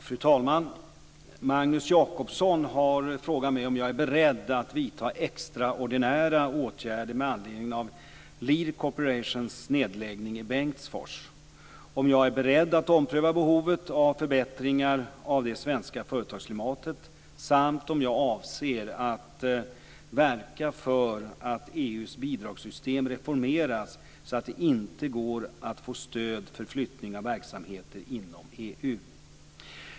Fru talman! Magnus Jacobsson har frågat mig om jag är beredd att vidta extraordinära åtgärder med anledning av Lear Corporations nedläggning i Bengtsfors, om jag är beredd att ompröva behovet av förbättringar av det svenska företagsklimatet samt om jag avser att verka för att EU:s bidragssystem reformeras så att det inte går att få stöd för flyttning av verksamheter inom EU.